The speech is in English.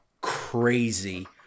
crazy